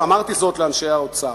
"ואמרתי זאת לאנשי האוצר".